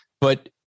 But-